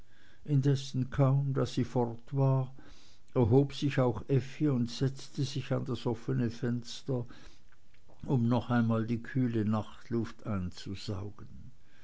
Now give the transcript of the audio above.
indessen kaum daß sie fort war erhob sich auch effi und setzte sich an das offene fenster um noch einmal die kühle nachtluft einzusaugen